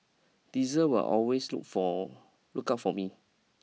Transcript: Diesel will always look for look out for me